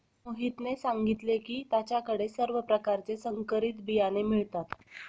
मोहितने सांगितले की त्याच्या कडे सर्व प्रकारचे संकरित बियाणे मिळतात